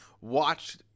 watched